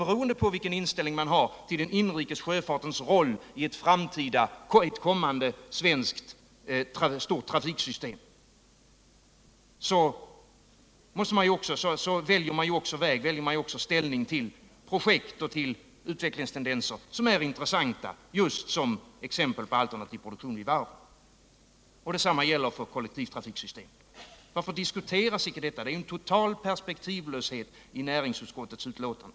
Beroende på vilken inställning man har till den inrikes sjöfartens roll i ett kommande svenskt stort trafiksystem väljer man också ståndpunkt till projekt och utvecklingstendenser som är intressanta just som exempel på alternativ produktion vid varven. Detsamma gäller för kollektivtrafiksystem. Varför diskuteras inte detta? Det är en total perspektivlöshet i näringsutskottets betänkande.